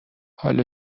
حالا